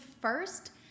first